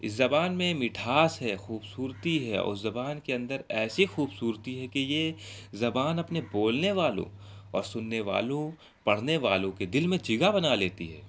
اس زبان میں مٹھاس ہے خوبصورتی ہے اور زبان کے اندر ایسی خوبصورتی ہے کہ یہ زبان اپنے بولنے والوں اور سننے والوں پڑھنے والوں کے دل میں جگا بنا لیتی ہے